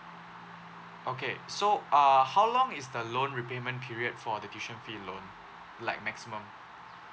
okay so uh how long is the loan repayment period for the tuition fee loan like maximum